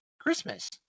christmas